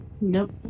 Nope